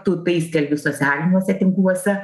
tu tai stebi socialiniuose tinkluose